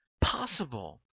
possible